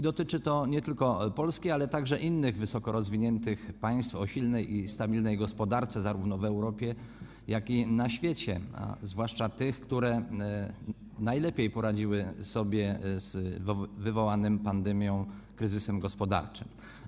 Dotyczy to nie tylko Polski, ale także innych wysokorozwiniętych państw o silnej i stabilnej gospodarce, zarówno w Europie, jak i na świecie, zwłaszcza tych, które najlepiej poradziły sobie z wywołanym pandemią kryzysem gospodarczym.